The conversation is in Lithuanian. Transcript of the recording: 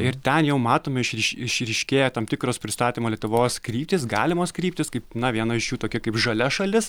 ir ten jau matome išry išryškėja tam tikros pristatymo lietuvos kryptys galimos kryptys kaip na viena iš jų tokia kaip žalia šalis